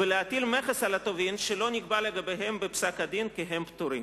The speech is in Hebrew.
ולהטיל מכס על הטובין שלא נקבע לגביהם בפסק-הדין כי הם פטורים.